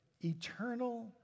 eternal